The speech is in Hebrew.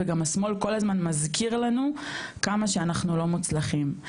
והגם השמאל כל הזמן מזכיר לנו כמה שאנחנו לא מוצלחים,